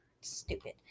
Stupid